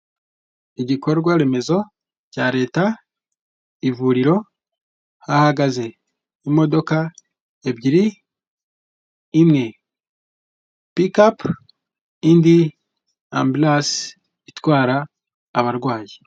Igikorwa remezo cya leta, ivuriro, hahagaze imodoka ebyiri, imwe pikapu, indi ambiransi itwara abarwayi.